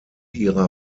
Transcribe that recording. ihrer